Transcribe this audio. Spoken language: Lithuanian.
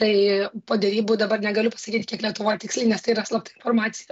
tai po derybų dabar negaliu pasakyti kiek lietuvoj tiksliai nes tai yra slapta informacija